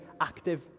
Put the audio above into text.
active